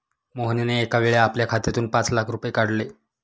मोहनने एकावेळी आपल्या खात्यातून पाच लाख रुपये काढले